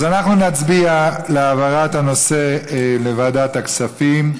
אז אנחנו נצביע על העברת הנושא לוועדת הכספים.